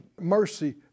mercy